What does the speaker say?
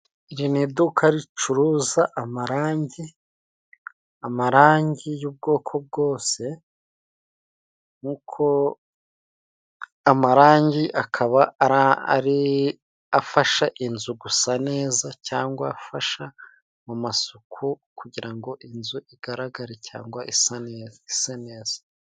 Iri ni iduka ricuruza amarangi, amarangi y'ubwoko bwose nk' uko amarangi akaba ari afasha inzu gusa neza cyangwa afasha mu masuku kugira ngo inzu igaragare cyangwa isa neza sa neza.